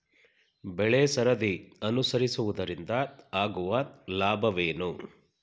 ಬೆಳೆಸರದಿ ಅನುಸರಿಸುವುದರಿಂದ ಆಗುವ ಲಾಭವೇನು?